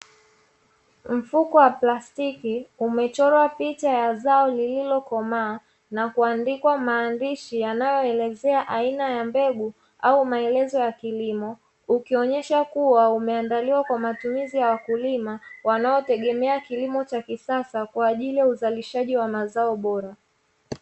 Mfuko wa plastiki umechorwa picha ya zao lililokomaa na kuandikwa maandishi yanayoelezea aina ya mbegu au maelezo ya kilimo, ukionyesha kuwa umeandiliwa kwa matumizi ya wakulima, wanaotegemea kilimo cha kisasa kwa ajili ya uzalishaji wa mazao bora.